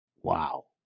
Wow